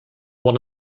one